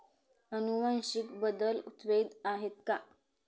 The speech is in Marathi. अनुवांशिक बदल वैध आहेत का?